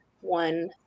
one